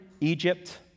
Egypt